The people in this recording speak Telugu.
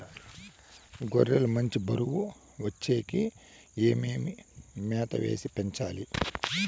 గొర్రె లు మంచి బరువు వచ్చేకి ఏమేమి మేత వేసి పెంచాలి?